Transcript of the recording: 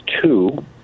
two